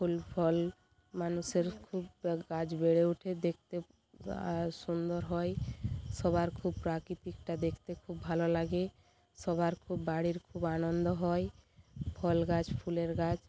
ফুল ফল মানুষের খুব গাছ বেড়ে ওঠে দেখতে সুন্দর হয় সবার খুব প্রাকৃতিকটা দেখতে খুব ভালো লাগে সবার খুব বাড়ির খুব আনন্দ হয় ফল গাছ ফুলের গাছ